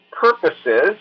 purposes